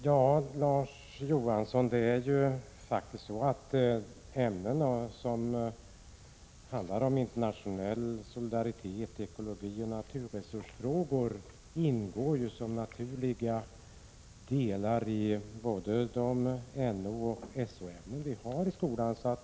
Herr talman! Det är faktiskt så, Larz Johansson, att ämnen som handlar om internationell solidaritet, ekologi och naturresursfrågor ingår som naturliga delar i både NO och SO-ämnena i skolan.